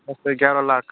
دس گیارہ لاکھ